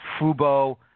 Fubo